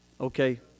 Okay